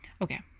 Okay